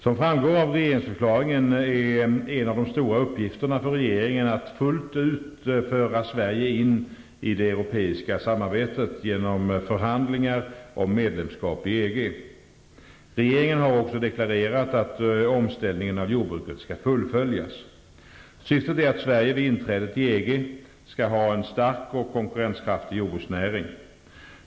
Som framgår av regeringsförklaringen är en av de stora uppgifterna för regeringen att fullt ut föra Sverige in i det europeiska samarbetet genom förhandlingar om medlemskap i EG. Regeringen har också deklarerat att omställningen av jordbruket skall fullföljas. Syftet är att Sverige vid inträdet i EG skall ha en stark och konkurrenskraftig jordbruksnäring.